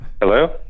hello